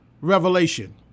revelation